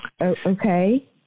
Okay